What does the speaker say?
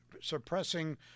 suppressing